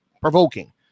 provoking